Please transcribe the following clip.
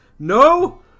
No